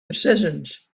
decisions